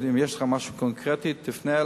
אם יש לך משהו קונקרטי תפנה אלי.